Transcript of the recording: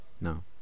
No